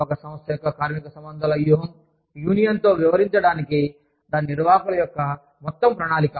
ఒక సంస్థ యొక్క కార్మిక సంబంధాల వ్యూహం యూనియన్తో వ్యవహరించడానికి దాని నిర్వాహకుల యొక్క మొత్తం ప్రణాళిక